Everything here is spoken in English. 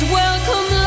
welcome